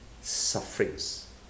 sufferings